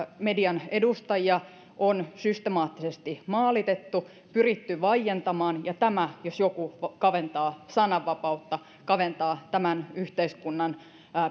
median edustajia on systemaattisesti maalitettu pyritty vaientamaan ja tämä jos joku kaventaa sananvapautta kaventaa tämän yhteiskunnan